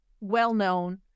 well-known